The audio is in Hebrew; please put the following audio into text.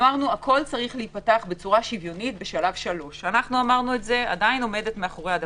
אמרו שהכול צריך להיפתח בצורה שוויונית בשלב 3. עדיין עומדת מאחורי זה.